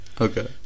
Okay